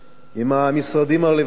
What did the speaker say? עם המשרדים הרלוונטיים,